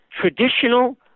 traditional